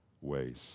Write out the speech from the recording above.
ways